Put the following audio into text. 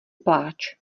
pláč